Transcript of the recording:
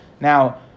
Now